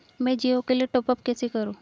मैं जिओ के लिए टॉप अप कैसे करूँ?